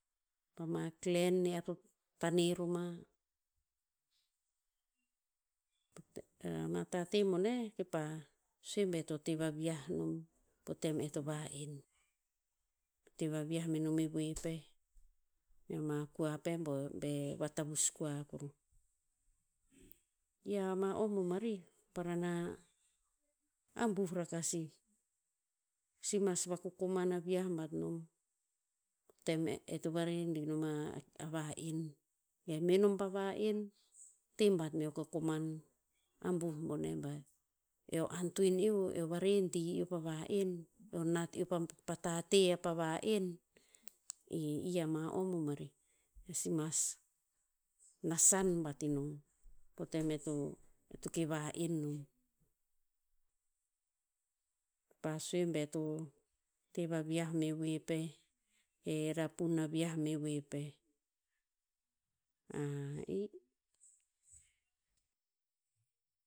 Pama clan ear to tane roma, ma tate boneh, pa sue be to te va vi'ah nom, po tem e to va'en. Te va vi'ah menom e voe peh, mea ma kua peh bo be vatavus kua kuruh. I ama o bomarih, parana, abuh raka sih. Si mas vakokoman a vi'ah bat nom. Tem e to varedi nom a- a va'en. Be me nom pa va'en, te bat meo kokoman abuh bone ba, eo antoen eo varedi eo pa va'en, eo nat eo pa tate apa va'en. I- i ama o bomarih, eo si mas, nasan bat ino, po tem e to- e to ke va'en nom. Pa sue be to, te vaviah me voe peh, e rapun avi'ah me voe peh.